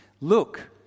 look